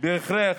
אבל ההכרה,